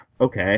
Okay